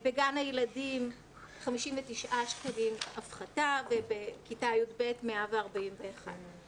בגן הילדים הפחתה של 59 שקלים ובכיתה י"ב 141 שקלים.